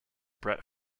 brett